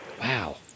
Wow